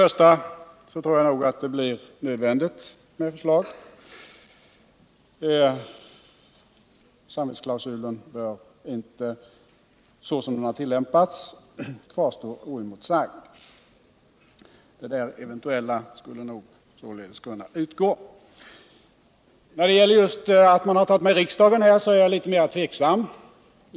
Först och främst tror jag att det blir nödvändigt med förslag; samvetsklausulen som den har tillämpats bör inte kvarstå oemotsagd. ”Eventuella” skulle således kunna utgå. Jag är litet tveksam till att man här tagit med riksdagen.